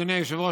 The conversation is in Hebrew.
אדוני היושב-ראש,